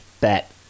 Bet